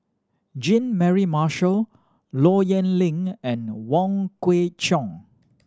Jean Mary Marshall Low Yen Ling and Wong Kwei Cheong